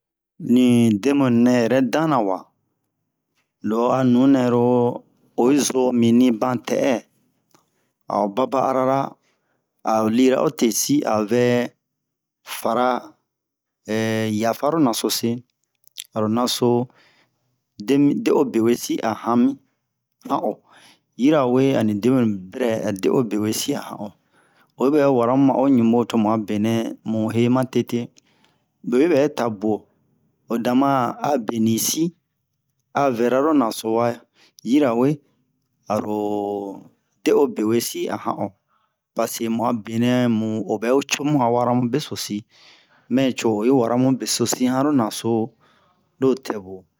ni debwenu nɛ yɛrɛ danna wa lo a nu nɛro oyi zo mi niban tɛ'ɛ a o baba'arara a o lira o te so a o vɛ fara yafa ro naso se aro naso de mi de o be'uwe a han mi han o yirawe ani debwenu bɛrɛ de o be'uwe si a han o oyi ɓɛ wara mu ma o ɲunɓo tomu a benɛ mu he matete lo yi ɓɛ ta buwo o dama a be ni si a vɛra-ro naso waa yirawe aro de o be'uwe si a han o paseke mu a benɛ mu obɛ co mu a wara mu besosi mɛ co o yi wara mu besosi hanro naso lo tɛ buwo